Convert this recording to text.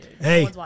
Hey